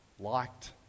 liked